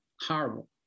horrible